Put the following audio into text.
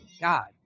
God